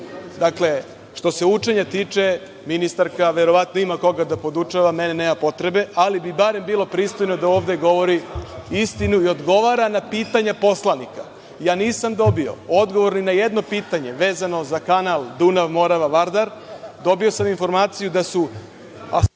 naučim. Dakle, što se učenja tiče, ministarka verovatno ima koga da podučava, mene nema potrebe, ali bi barem bilo pristojno da ovde govori istinu i da odgovara na pitanja poslanika. Nisam dobio odgovor ni na jedno pitanje vezano za kanal Dunav-Morava-Vardar. Dobio sam informaciju da su